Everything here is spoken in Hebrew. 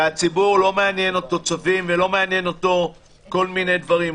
ואת הציבור לא מעניינים צווים ולא מעניין אותו כל מיני דברים.